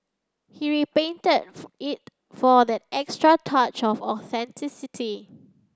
he repainted it for that extra touch of authenticity